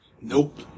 Nope